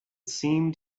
seemed